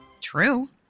True